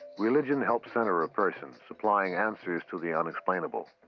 religion helps center a person, supplying answers to the unexplainable.